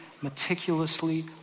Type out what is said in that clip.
meticulously